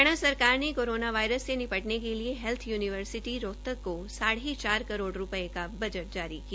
हरियाणा सरकार ने corona virus से निपटने के लिए हैल्थ यूनिवर्सिटी रोहतक को साढ़े चार करोड़ रूपये का बजट जारी किया